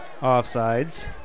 offsides